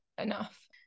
enough